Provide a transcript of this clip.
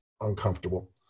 uncomfortable